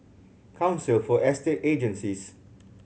Council for Estate Agencies